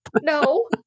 no